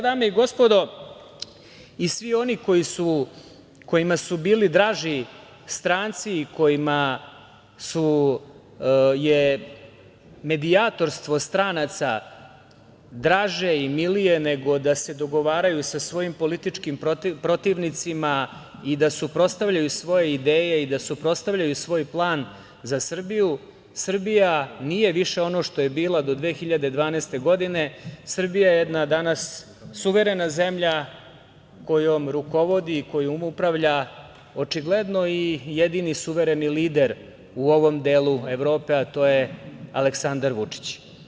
Dame i gospodo i svi oni kojima su bili draži stranci i kojima je medijatorstvo stranaca draže i milije nego da se dogovaraju sa svojim političkim protivnicima i da suprotstavljaju svoje ideje i da suprotstavljaju svoj plan za Srbiju, Srbija nije više ono što je bila do 2012. godine, Srbije je danas jedna suverena zemlja kojom rukovodi i kojom upravlja očigledno i jedini suvereni lider u ovom delu Evrope, a to je Aleksandar Vučić.